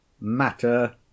matter